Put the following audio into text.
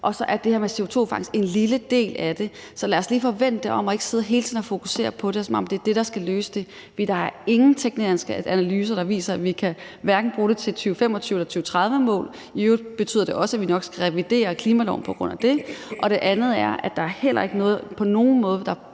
og så er det her med CO2-fangst en lille del af det. Så lad os lige få vendt det om og ikke sidde hele tiden og fokusere på det, som om det er det, der skal løse det. For der er ingen tekniske analyser, der viser, at vi kan bruge det til hverken 2025- eller 2030-mål. I øvrigt betyder det også, at vi nok skal revidere klimaloven på grund af det. Det andet er, at der heller ikke på nogen måde er